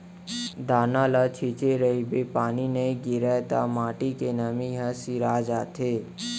दाना ल छिंचे रहिबे पानी नइ गिरय त माटी के नमी ह सिरा जाथे